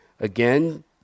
Again